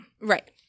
Right